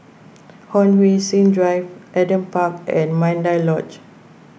Hon Sui Sen Drive Adam Park and Mandai Lodge